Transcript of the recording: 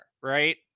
right